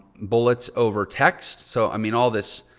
bullets over text. so i mean all this,